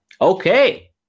okay